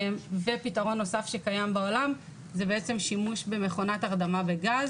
פתרון נוסף שקיים בעולם זה שימוש במכונת הרדמה בגז